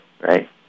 right